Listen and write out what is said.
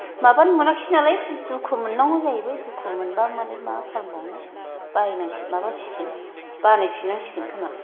माबानो मोनाखिसै नालाय दुखु मोननांगौ जाहैबाय दुखु मोनबामालाय मा खालामबावनो बायनांसिगोन माबासिगोन बानायफिन्नांसिगोन खोमा